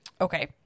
Okay